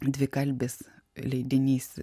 dvikalbis leidinys